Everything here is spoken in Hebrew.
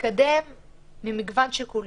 להתקדם ממגוון שיקולים.